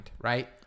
right